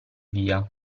via